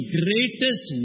greatest